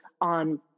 on